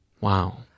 Wow